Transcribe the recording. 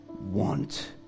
want